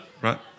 Right